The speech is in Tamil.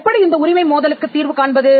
எப்படி இந்த உரிமை மோதலுக்குத் தீர்வு காண்பது